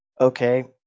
okay